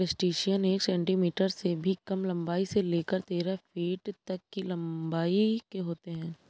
crustacean एक centimetre से भी कम लंबाई से लेकर तेरह फीट तक की लंबाई के होते हैं